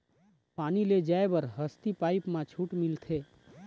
पानी ले जाय बर हसती पाइप मा छूट मिलथे?